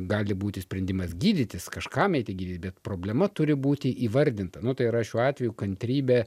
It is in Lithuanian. gali būti sprendimas gydytis kažkam eiti gydytis bet problema turi būti įvardinta nu tai yra šiuo atveju kantrybė